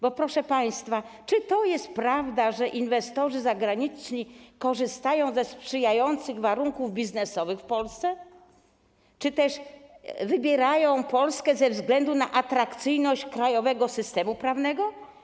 Bo proszę państwa, czy to jest prawda, że inwestorzy zagraniczni korzystają ze sprzyjających warunków biznesowych w Polsce, czy też wybierają Polskę ze względu na atrakcyjność krajowego systemu prawnego?